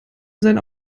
seiner